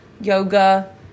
Yoga